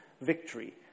victory